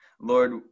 Lord